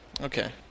Okay